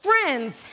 Friends